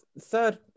Third